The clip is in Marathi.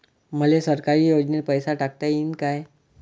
मले सरकारी योजतेन पैसा टाकता येईन काय?